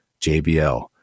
JBL